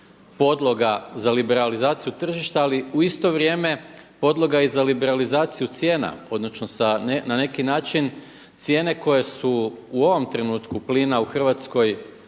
podloga za liberalizaciju tržišta, ali u isto vrijeme podloga je i za liberalizaciju cijena, odnosno na neki način cijene koje su ovom trenutku plina u Hrvatskoj